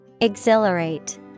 Exhilarate